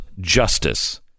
justice